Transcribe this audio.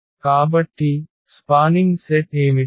కాబట్టి spanning set ఏమిటి